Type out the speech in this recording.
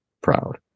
proud